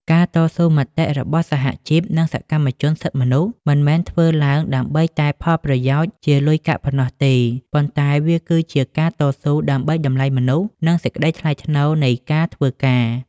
ការតស៊ូមតិរបស់សហជីព និងសកម្មជនសិទ្ធិមនុស្ស មិនមែនធ្វើឡើងដើម្បីតែផលប្រយោជន៍ជាលុយកាក់ប៉ុណ្ណោះទេ ប៉ុន្តែវាគឺជាការតស៊ូដើម្បីតម្លៃមនុស្ស និងសេចក្តីថ្លៃថ្នូរនៃការធ្វើការ។